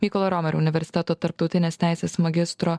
mykolo romerio universiteto tarptautinės teisės magistro